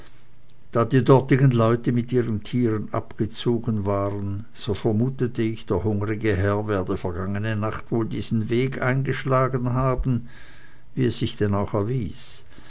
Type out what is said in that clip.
da die dortigen leute mit ihren tieren abgezogen waren so vermutete ich der hungrige herr werde vergangene nacht wohl diesen weg eingeschlagen haben wie es sich denn auch erwies